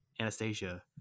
Anastasia